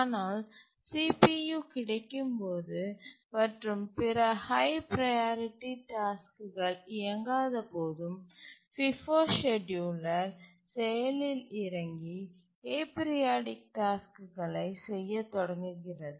ஆனால் CPU கிடைக்கும்போது மற்றும் பிற ஹய் ப்ரையாரிட்டி டாஸ்க்குகள் இயங்காதபோதும் ஃபிஃபோ செட்யூலர் செயலில் இறங்கி ஏபிரியாடிக் டாஸ்க்குகளை செய்யத் தொடங்குகிறது